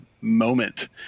moment